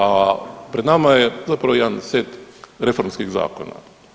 A pred nama je zapravo jedan set reformskih zakona.